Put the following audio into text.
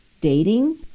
dating